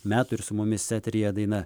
metų ir su mumis serija daina